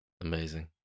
amazing